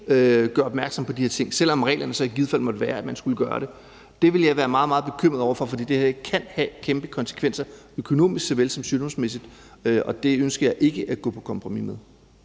gør opmærksom på de her ting, selv om reglerne i givet fald måtte være, at man skulle gøre det. Det ville jeg være meget, meget bekymret for, for det kan have kæmpe konsekvenser økonomisk såvel som sygdomsmæssigt, og det ønsker jeg ikke at gå på kompromis med.